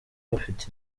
bafite